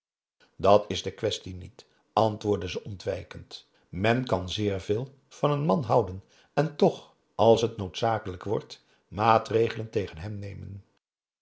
dat is de quaestie niet antwoordde ze ontwijkend men kan zeer veel van een man houden en toch als het noodzakelijk wordt maatregelen tegen hem nemen